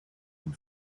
une